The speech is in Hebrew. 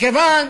מכיוון